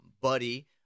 buddy